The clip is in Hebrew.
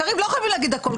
קריב, לא חייבים להגיד הכול.